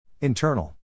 Internal